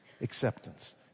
Acceptance